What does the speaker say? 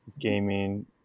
gaming